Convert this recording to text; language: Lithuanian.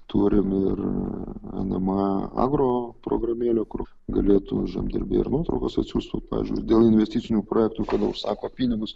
turim ir nma agro programėlę kur galėtų žemdirbiai ir nuotraukas atsiųstų ir pavyzdžiui dėl investicinių projektų kada užsako pinigus